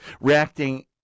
reacting